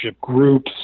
groups